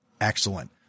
Excellent